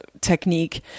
technique